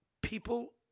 people